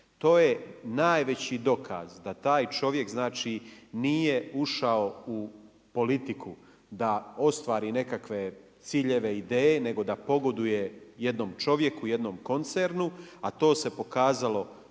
To je najveći dokaz da taj čovjek, znači nije ušao u politiku da ostvari nekakve ciljeve, ideje, nego da pogoduje jednom čovjeku, jednom koncernu a to se pokazalo i kroz